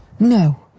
No